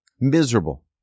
Miserable